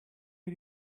did